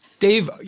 Dave